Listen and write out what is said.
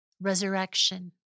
resurrection